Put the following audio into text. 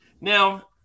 Now